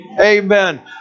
amen